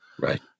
Right